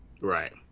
Right